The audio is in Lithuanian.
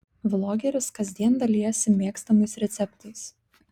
vlogeris kasdien dalijasi mėgstamais receptais